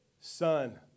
son